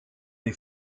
les